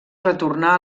retornà